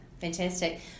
Fantastic